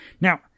Now